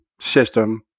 system